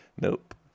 Nope